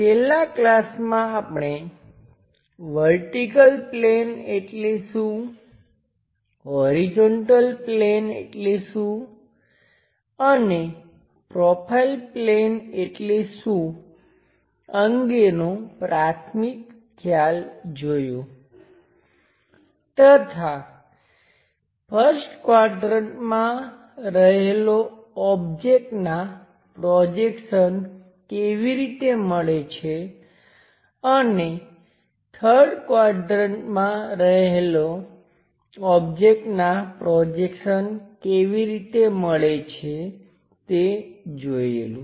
છેલ્લા ક્લાસમાં આપણે વર્ટિકલ પ્લેન એટલે શું હોરિઝોન્ટલ પ્લેન એટલે શુંઅને પ્રોફાઈલ પ્લેન એટલે શું અંગેનો પ્રાથમિક ખ્યાલ જોયો તથા 1st ક્વાડ્રંટમાં રહેલો ઓબ્જેક્ટનાં પ્રોજેક્શન કેવી રીતે મળે છે અને 3rd ક્વાડ્રંટમાં રહેલો ઓબ્જેક્ટનાં પ્રોજેક્શન કેવી રીતે મળે છે તે જોયેલું